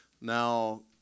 Now